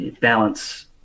balance